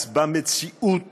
אז במציאות